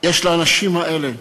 יש לאנשים האלה.